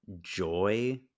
joy